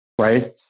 right